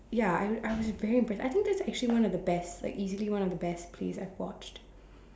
ya I and I was very impressed I think that's actually one of the best like easily one of the best plays I've watched